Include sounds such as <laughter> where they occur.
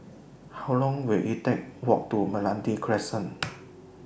How Long Will IT Take Walk to Meranti Crescent <noise>